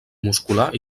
muscular